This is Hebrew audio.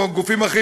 וגופים אחרים,